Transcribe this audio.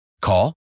Call